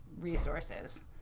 resources